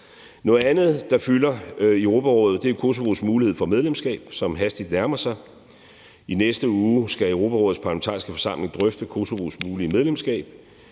Noget andet, der fylder i Europarådet, er jo Kosovos mulighed for medlemskab, som hastigt nærmer sig. I næste uge skal Europarådets Parlamentariske Forsamling drøfte Kosovos mulige medlemskab.